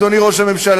אדוני ראש הממשלה,